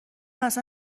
اصلا